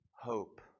hope